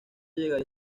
llegaría